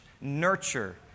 nurture